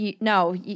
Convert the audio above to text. no